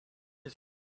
his